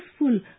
useful